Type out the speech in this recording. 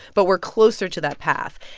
but we're closer to that path.